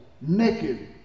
Naked